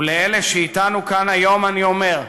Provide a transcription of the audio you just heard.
ולאלה שאתנו כאן היום אני אומר: